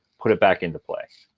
put it back into play.